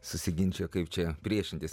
susiginčijo kaip čia priešintis